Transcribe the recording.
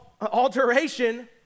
alteration